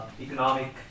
economic